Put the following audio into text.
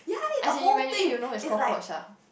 as in when you eat you know it's cockroach ah